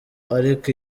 ariko